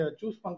choose